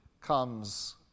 comes